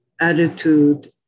attitude